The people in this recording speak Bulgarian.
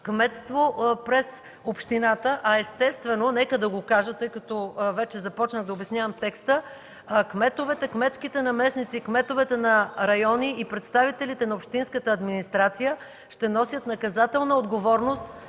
кметството през общината, а, естествено, нека да го кажа, тъй като вече започнах да обяснявам текста, кметовете, кметските наместници, кметовете на райони и представителите на общинската администрация ще носят наказателна отговорност